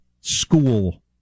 school